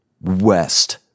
west